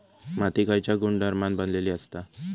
माती खयच्या गुणधर्मान बनलेली असता?